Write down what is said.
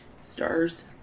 Stars